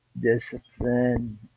Discipline